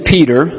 Peter